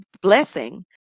blessing